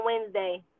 Wednesday